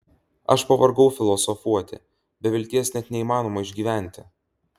aš pavargau filosofuoti be vilties net neįmanoma išgyventi